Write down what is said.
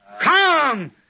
Come